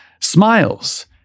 smiles